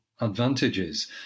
advantages –